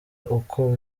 uko